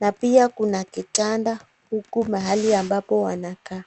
na pia kuna kitanda huku mahali ambapo wanakaa.